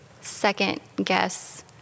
second-guess